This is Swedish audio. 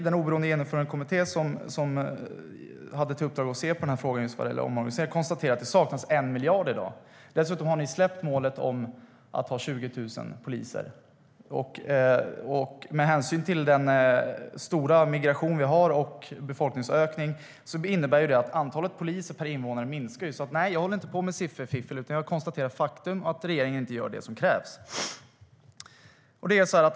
Den oberoende genomförandekommitté som hade till uppdrag att se på den här frågan just vad gäller omorganisering konstaterade att det saknas 1 miljard i dag. Dessutom har ni släppt målet om att ha 20 000 poliser. Med hänsyn till den stora migration och befolkningsökning som vi har innebär det att antalet poliser per invånare minskar. Så nej, jag håller inte på med sifferfiffel, utan jag konstaterar faktum, nämligen att regeringen inte gör det som krävs.